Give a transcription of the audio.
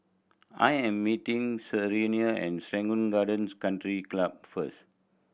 I am meeting Serena and Serangoon Gardens Country Club first